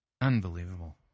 Unbelievable